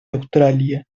australia